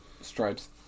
stripes